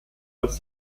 als